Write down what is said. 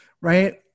Right